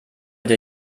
der